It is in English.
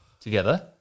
together